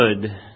good